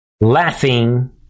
laughing